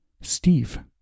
Steve